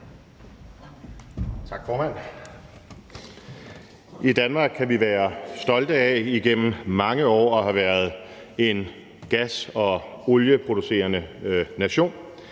I Danmark kan vi være stolte af igennem mange år at have været en gas- og olieproducerende nation.